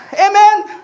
Amen